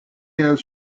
has